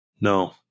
No